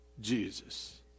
Jesus